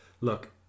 look